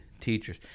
teachers